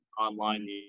online